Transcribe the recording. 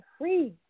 free